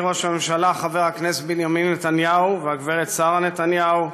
אדוני ראש הממשלה חבר הכנסת בנימין נתניהו והגברת שרה נתניהו,